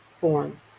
form